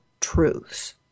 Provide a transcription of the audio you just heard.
truths